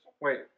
wait